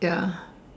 ya